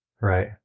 Right